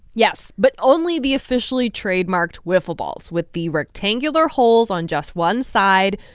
yes, but only the officially trademarked wiffle balls with the rectangular holes on just one side,